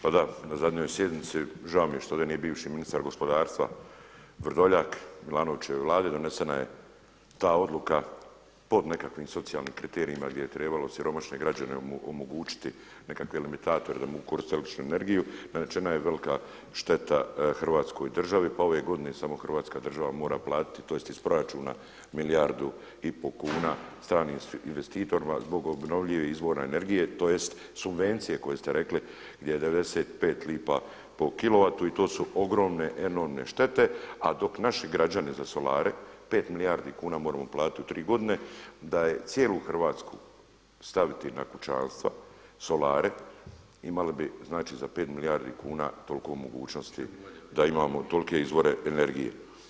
Pa da, na zadnjoj sjednici, žao mi je što ovdje nije bivši ministar gospodarstva Vrdoljak, Milanovićeve Vlade, donesena je ta odluka pod nekakvim socijalnim kriterijima gdje je trebalo siromašne građane omogućiti nekakve limitatore da mogu koristiti električnu energiju, nanesena je velika šteta Hrvatskoj državi pa ove godine samo Hrvatska država mora platiti, tj. iz proračuna milijardu i pol kuna stranim investitorima zbog obnovljivih izvora energije tj. subvencije koje ste rekli gdje 95 lipa po KW i to su ogromne enormne štete a dok naši građani za solare 5 milijardi kuna moramo platiti u tri godine da je cijelu Hrvatsku staviti na kućanstva solare imali bi znači za 5 milijardi kuna toliko mogućnosti da imamo tolike izvore energije.